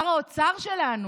ושר האוצר שלנו,